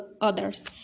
others